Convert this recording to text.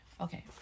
Okay